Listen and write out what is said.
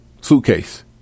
Suitcase